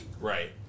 Right